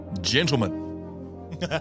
Gentlemen